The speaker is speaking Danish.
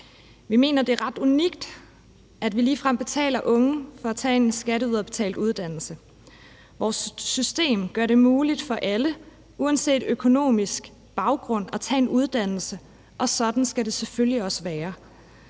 Vi mener, det er ret unikt, at vi ligefrem betaler unge for at tage en skatteyderbetalt uddannelse. Vores system gør det muligt for alle uanset økonomisk baggrund at tage en uddannelse, og sådan skal det selvfølgelig også være.